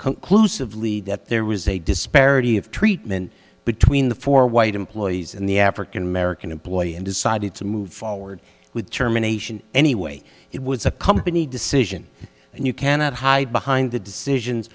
conclusively that there was a disparity of treatment between the four white employees and the african american employee and decided to move forward with terminations anyway it was a company decision and you cannot hide behind the decisions